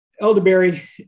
Elderberry